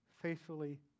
faithfully